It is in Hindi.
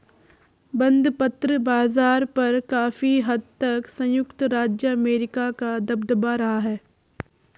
बंधपत्र बाज़ार पर काफी हद तक संयुक्त राज्य अमेरिका का दबदबा रहा है